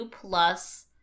plus